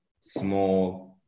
small